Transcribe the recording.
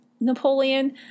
Napoleon